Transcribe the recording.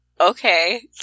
okay